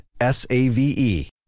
S-A-V-E